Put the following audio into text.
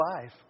life